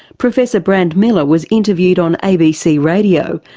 professor brand miller was interviewed on abc radio,